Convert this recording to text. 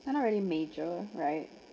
they're not really major right